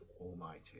Almighty